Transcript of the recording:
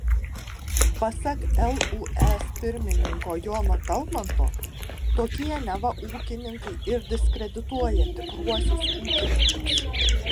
pasak lūs pirmininko jono talmanto tokie neva ūkininkai ir diskredituoja tikruosius ūkininkus